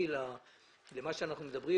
המצב לפני העברה היה בין שעתיים לארבע שעות חשמל,